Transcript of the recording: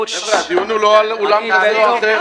הדיון הוא לא על אולם כזה או אחר.